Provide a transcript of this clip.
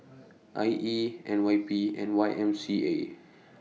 I E N Y P and Y M C A